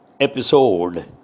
episode